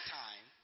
time